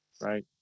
Right